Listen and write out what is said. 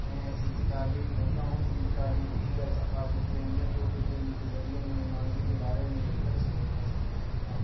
میں ایسی کتابیں بھی پڑھتا ہوں جن کی تاریخی یا ثقافتی اہمیت ہو کیونکہ ان کے ذریعے میں ماضی کے بارے میں بہتر سمجھ حاصل کر سکتا ہوں